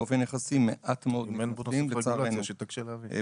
באופן יחסי מעט מאוד עובדים בתחום.